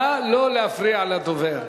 נא לא להפריע לדובר.